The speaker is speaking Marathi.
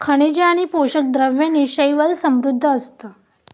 खनिजे आणि पोषक द्रव्यांनी शैवाल समृद्ध असतं